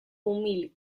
umil